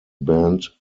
band